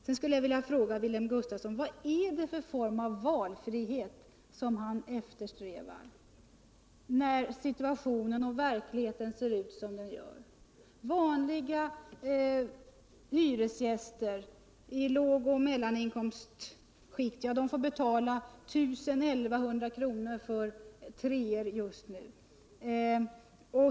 Jag skulle vilja fråga: Vad är det för form av valfrihet Wilhelm Gustafsson eftersträvar, när verkligheten ser ut som den gör? Vanliga hyresgäster i lågoch mellaninkomstskikten får betala 1 000-1 100 kr. i månaden för treor just nu.